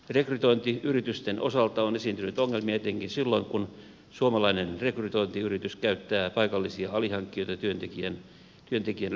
rekrytointiyritysten osalta on esiintynyt ongelmia etenkin silloin kun suomalainen rekrytointiyritys käyttää paikallisia alihankkijoita työntekijän lähtömaassa